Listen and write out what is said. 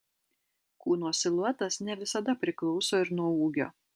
kūno siluetas ne visada priklauso ir nuo ūgio